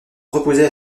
reposait